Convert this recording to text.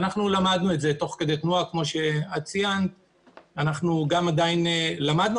למדנו את זה תוך כדי תנועה ואנחנו עדיין לומדים,